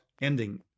ending